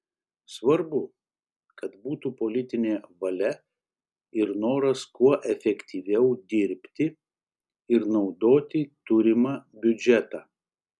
svarbu kad būtų politinė valia ir noras kuo efektyviau dirbti ir naudoti turimą biudžetą